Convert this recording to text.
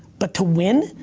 but to win,